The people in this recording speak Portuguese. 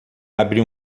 abre